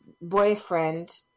boyfriend